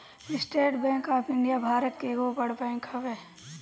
estate Bank of India Bharat के एगो बड़ बैंक हवे